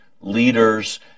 leaders